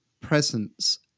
presence